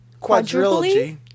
quadrilogy